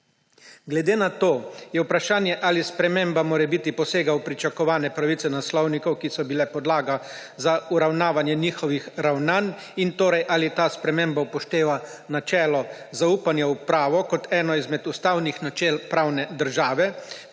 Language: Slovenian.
Glede na to, da je vprašanje, ali sprememba morebiti posega v pričakovane pravice naslovnikov, ki so bile podlaga za uravnavanje njihovih ravnanj, in ali ta sprememba upošteva načelo zaupanja v pravo kot eno izmed ustavnih načel pravne države.